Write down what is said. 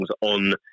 on